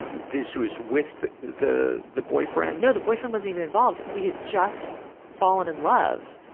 this was with the, the, the boyfriend? no, the boyfriend wasn't even involved. we had just fallen in love.